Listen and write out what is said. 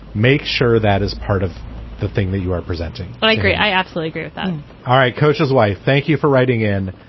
make sure that is part of the thing that you are presenting i agree. i absolutely agree with that um all right. coach's wife, thank you for writing in.